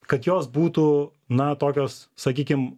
kad jos būtų na tokios sakykim